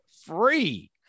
free